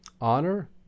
honor